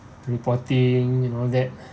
reporting and all that